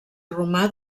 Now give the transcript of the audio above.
romà